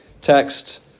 text